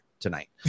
tonight